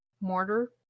mortar